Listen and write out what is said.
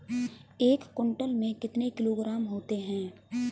एक क्विंटल में कितने किलोग्राम होते हैं?